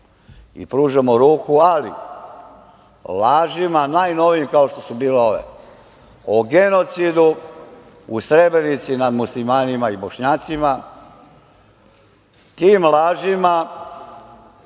i pružamo ruku, ali lažima najnovijim, kao što su bile ove, o genocidu u Srebrenici nad muslimanima i bošnjacima, tim lažima